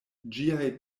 ĝiaj